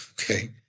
okay